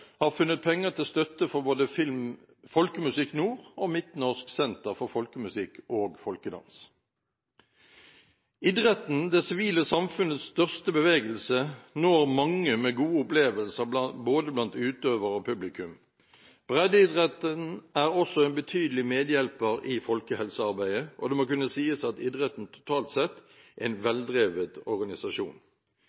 har funnet penger til støtte for både Folkemusikk Nord og Midtnorsk senter for folkemusikk og folkedans. Idretten, det sivile samfunnets største bevegelse, når mange med gode opplevelser blant både utøvere og publikum. Breddeidretten er også en betydelig medhjelper i folkehelsearbeidet, og det må kunne sies at idretten totalt sett er en